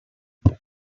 but